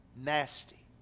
nasty